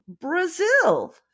Brazil